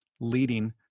leading